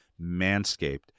Manscaped